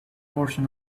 portion